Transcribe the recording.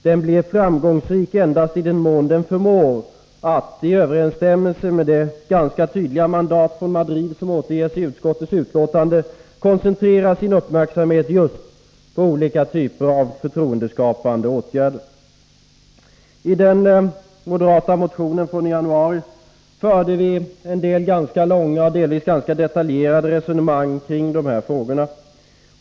Den blir framgångsrik endast i den mån den förmår att — i överensstämmelse med det ganska tydliga mandat från Madrid som återges i utskottets betänkande — koncentrera sin uppmärksamhet just på olika typer av förtroendeskapande åtgärder. I den moderata motionen från i januari förde vi ganska långa och delvis rätt detaljerade resonemang om dessa frågor.